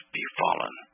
befallen